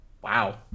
wow